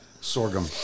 Sorghum